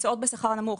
מקצועות בשכר נמוך,